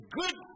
good